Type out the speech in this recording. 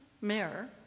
mayor